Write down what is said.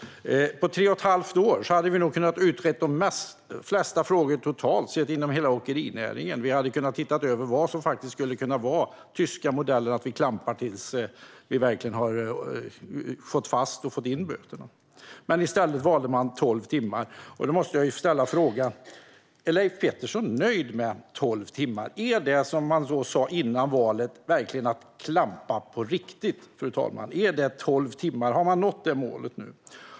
På tre och ett halvt år hade vi nog kunnat utreda de flesta frågorna inom hela åkerinäringen. Vi hade kunnat titta över vad som skulle kunna vara den tyska modellen, att klampa tills vi verkligen har fått fast dem och fått in böterna. Men i stället valde man tolv timmar. Jag måste fråga: Är Leif Pettersson nöjd med tolv timmar? Är det verkligen att klampa på riktigt, som man sa före valet, fru talman? Har man nått det målet nu?